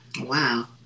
Wow